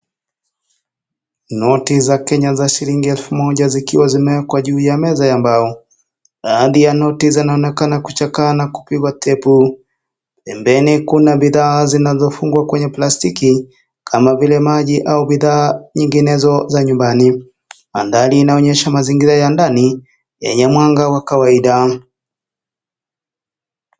Noti za Kenya za shilingi elfu moja zikiwa zimewekwa juu ya meza ya mbao, baadhi ya noti kinaonekana kuvhakaa na kupigwa t tape pembeni. Kuna bidhaa zinazofungwa kwenye plastic kama vile maji au bidhaa nyinginezo za nyumbani. Angali anaonyesha mazingira ya ndani yenye mwanga wa kawaida .